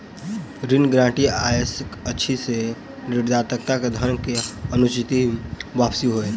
ऋण गारंटी सॅ आशय अछि जे ऋणदाताक धन के सुनिश्चित वापसी होय